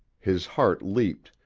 his heart leaped,